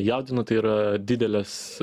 jaudina tai yra didelės